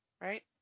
right